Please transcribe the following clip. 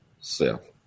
self